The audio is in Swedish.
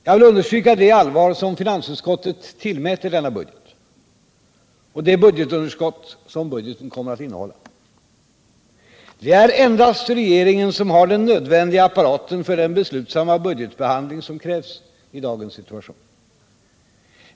Jag vill understryka det allvar som finansutskottet tillmäter denna budget och det budgetunderskott som budgeten kommer att innehålla. Det är endast regeringen som har den nödvändiga apparaten för den beslutsamma budgetbehandling som krävs i dagens situation.